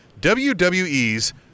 WWE's